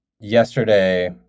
yesterday